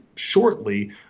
shortly